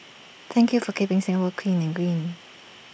thank you for keeping Singapore clean and green